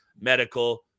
Medical